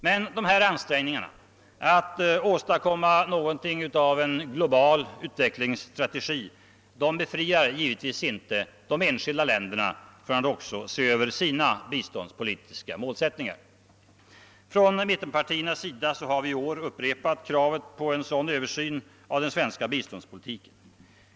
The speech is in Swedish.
Men ansträngningarna att åstadkomma någonting av en global utvecklings strategi befriar givetvis inte de enskilda länderna från att se över sin biståndspolitiska inriktning. Från mittenpartiernas sida har vi i år upprepat kravet på en sådan översyn av den svenska biståndspolitiken.